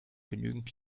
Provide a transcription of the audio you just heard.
genügend